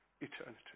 eternity